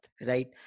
right